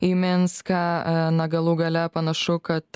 į minską na galų gale panašu kad